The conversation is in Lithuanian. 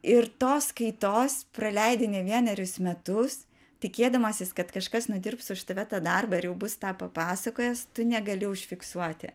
ir tos kaitos praleidi ne vienerius metus tikėdamasis kad kažkas nudirbs už tave tą darbą ir jau bus tą papasakojęs tu negali užfiksuoti